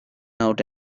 out